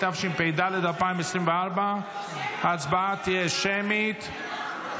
התשפ"ד 2024. ההצבעה תהיה שמית.